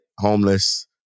homeless